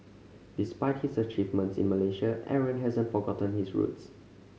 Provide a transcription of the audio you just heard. despite his achievements in Malaysia Aaron hasn't forgotten his roots